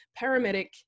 paramedic